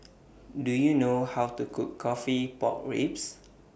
Do YOU know How to Cook Coffee Pork Ribs